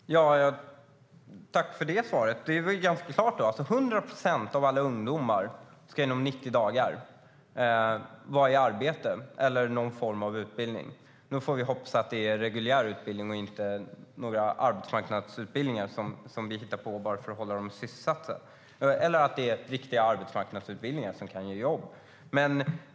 Fru talman! Tack för det svaret! Det blev ganska klart: 100 procent av alla ungdomar ska inom 90 dagar vara i arbete eller någon form av utbildning. Då får vi hoppas att det är reguljär utbildning och inte några arbetsmarknadsutbildningar som vi hittar på bara för att hålla dem sysselsatta eller att det är riktiga arbetsmarknadsutbildningar som kan ge jobb.